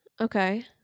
Okay